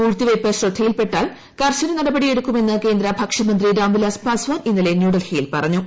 പൂഴ്ത്തി വയ്പ് ശ്രദ്ധയിൽപ്പെട്ടാൽ കർശന നടപടിയെടുക്കുമെന്ന് കേന്ദ്ര ഭക്ഷ്യമന്ത്രി രാംവിലാസ് പസ്വാൻ ഇന്നലെ ന്യൂഡൽഹിയിൽ പറഞ്ഞു